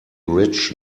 rich